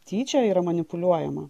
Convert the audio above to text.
tyčia yra manipuliuojama